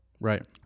right